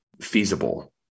feasible